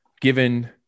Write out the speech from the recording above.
given